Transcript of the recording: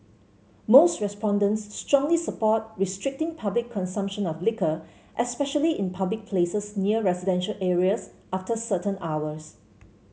most respondents strongly support restricting public consumption of liquor especially in public places near residential areas after certain hours